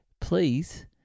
please